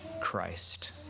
Christ